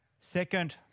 Second